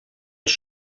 als